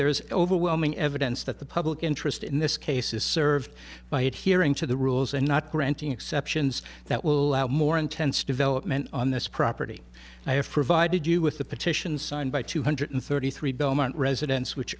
there is overwhelming evidence that the public interest in this case is served by adhering to the rules and not granting exceptions that will allow more intense development on this property i have provided you with the petition signed by two hundred thirty three belmont residents which